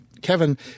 Kevin